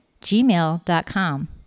gmail.com